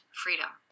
freedom